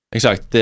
Exakt